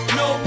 no